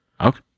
Okay